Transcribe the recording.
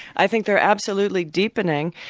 i think they're absolutely deepening,